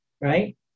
right